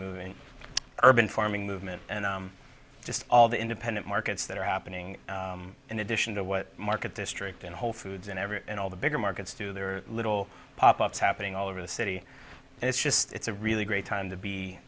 moving urban farming movement and just all the independent markets that are happening in addition to what market district in whole foods and every and all the bigger markets do their little pop ups happening all over the city and it's just it's a really great time to be